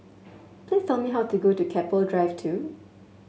please tell me how to go to Keppel Drive Two